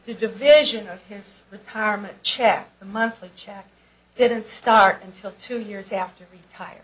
division of his retirement check the monthly check didn't start until two years after retir